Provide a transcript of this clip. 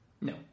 no